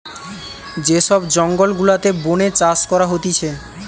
যে সব জঙ্গল গুলাতে বোনে চাষ করা হতিছে